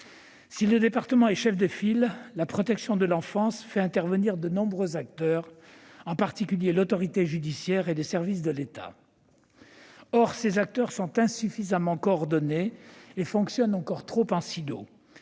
Si le département est chef de file, la protection de l'enfance fait intervenir de nombreux acteurs, en particulier l'autorité judiciaire et les services de l'État. Or ces acteurs sont insuffisamment coordonnés et fonctionnent encore trop en silos,